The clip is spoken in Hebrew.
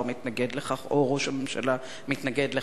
מתנגד לכך או ראש הממשלה מתנגד לכך.